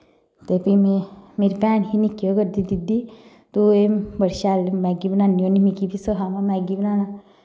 ते फ्ही में मेरी भैन ही निक्की ओह् करदी दीदी तूं एह् बड़ी शैल मैह्गी बनान्नी होन्नी मिगी बी सखायां मैह्गी बनाना